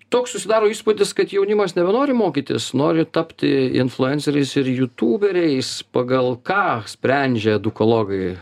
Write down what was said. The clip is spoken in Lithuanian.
toks susidaro įspūdis kad jaunimas nebenori mokytis nori tapti influenceriais ir jutūberiais pagal ką sprendžia edukologai